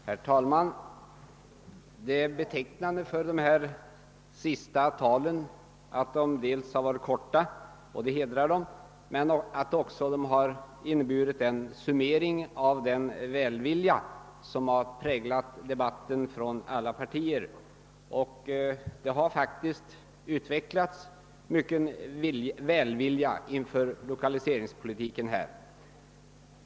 Herr talman! Det har varit betecknande för de senaste anförandena att de dels varit korta — och det hedrar talarna —, dels inneburit en summering av den välvilja som från alla partiers sida präglat debatten. Det har faktiskt utvecklats mycken välvilja inför lokaliseringspolitiken.